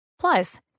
Plus